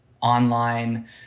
online